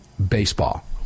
baseball